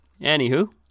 Anywho